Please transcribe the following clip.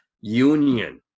union